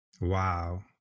Wow